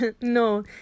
No